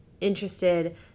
interested